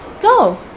Go